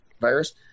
virus